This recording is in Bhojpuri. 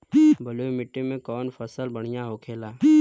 बलुई मिट्टी में कौन फसल बढ़ियां होखे ला?